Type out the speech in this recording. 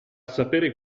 sapere